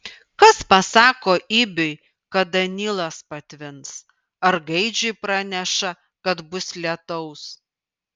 kas pasako ibiui kada nilas patvins ar gaidžiui praneša kad bus lietaus